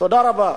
תודה רבה.